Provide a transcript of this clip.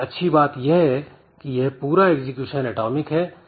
इसमें अच्छी बात यह है कि यह पूरा एग्जीक्यूशन एटॉमिक है